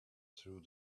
through